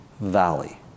valley